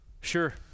Sure